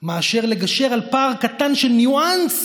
מאשר לגשר על פער קטן של ניואנס